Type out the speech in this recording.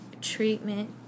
Treatment